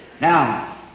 Now